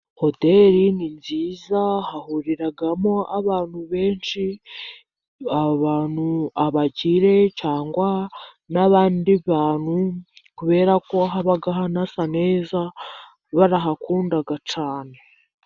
Hoteli ni nziza hahuriramo abantu benshi, abakire cyangwa n'abandi bantu, kubera ko haba hasa neza, barahakunda cyane.